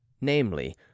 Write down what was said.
Namely